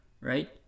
right